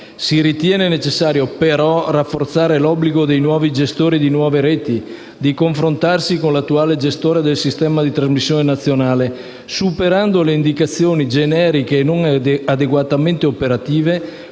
Si ritiene, però, necessario rafforzare l'obbligo dei nuovi gestori di nuovi reti di confrontarsi con l'attuale gestore del sistema di trasmissione nazionale, superando le indicazioni generiche e adeguatamente operative